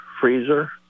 freezer